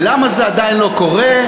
ולמה זה עדיין לא קורה?